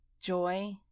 joy